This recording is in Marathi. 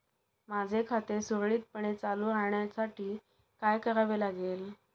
माझे खाते सुरळीतपणे चालू राहण्यासाठी काय करावे लागेल?